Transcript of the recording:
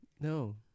No